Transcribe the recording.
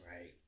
Right